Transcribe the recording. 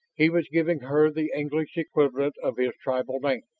he was giving her the english equivalent of his tribal name.